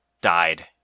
died